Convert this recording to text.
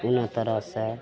कोनो तरहसे